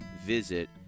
visit